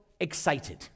excited